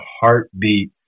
heartbeat